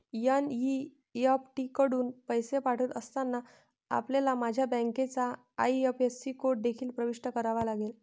NEFT कडून पैसे पाठवित असताना, आपल्याला माझ्या बँकेचा आई.एफ.एस.सी कोड देखील प्रविष्ट करावा लागेल